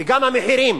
וגם המחירים,